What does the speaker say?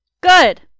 Good